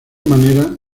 manera